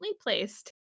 placed